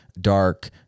dark